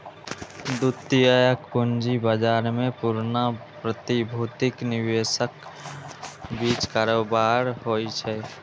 द्वितीयक पूंजी बाजार मे पुरना प्रतिभूतिक निवेशकक बीच कारोबार होइ छै